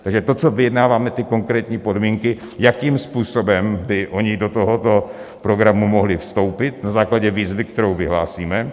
Takže to, co objednáváme, ty konkrétní podmínky, jakým způsobem by ony do tohoto programu mohly vstoupit na základě výzvy, kterou vyhlásíme.